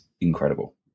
incredible